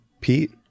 Pete